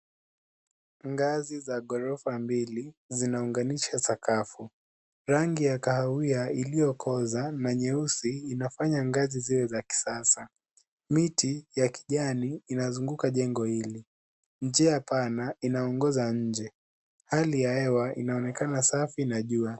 Ngazi za gorofa mbili, zinaunganisha sakafu, rangi ya kahawia iliyokoza na nyeusi inafanya ngazi ziwe za kisasa. Miti ya kijani inazunguka jengo hili, njia pana inaongoza nje, hali ya hewa inaonekana safi na jua.